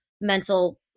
mental